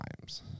times